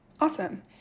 Awesome